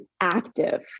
active